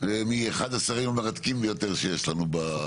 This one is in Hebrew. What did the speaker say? מאחד השרים המרתקים ביותר שיש לנו.